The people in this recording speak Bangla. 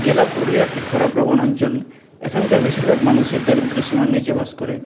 জেলা পুরুলিয়া একটি খরাপ্রবণ অঞ্চল এখানকার বেশিরভাগ মানুষই দারিদ্র্য সীমার নিচে বাস করে